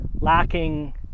lacking